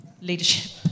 Leadership